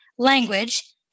language